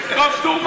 תכתוב טור מאמר.